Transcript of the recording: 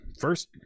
first